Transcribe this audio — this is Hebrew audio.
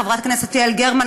חברת הכנסת יעל גרמן,